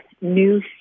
new